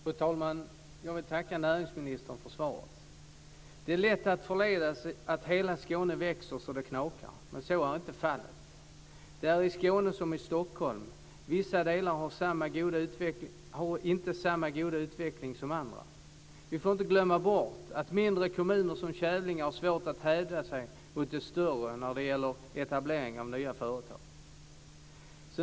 Fru talman! Jag vill tacka näringsministern för svaret. Det är lätt att förledas till att tro att hela Skåne växer så det knakar. Men så är inte fallet. Det är i Skåne som i Stockholm. Vissa delar har inte samma goda utveckling som andra. Vi får inte glömma bort att mindre kommuner som Kävlinge har svårt att hävda sig mot de större när det gäller etablering av nya företag.